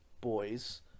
boys